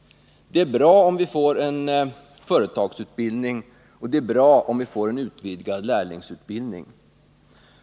Det är bra om vi får en företagsutbildning, och det är bra om vi får en utvidgad lärlingsutbildning.